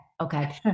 Okay